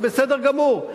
זה בסדר גמור,